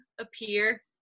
appear